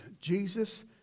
Jesus